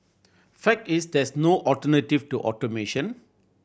fact is there is no alternative to automation